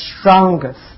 strongest